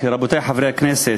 רבותי חברי הכנסת,